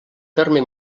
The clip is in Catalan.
terme